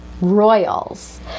Royals